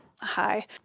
Hi